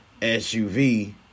SUV